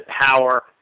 power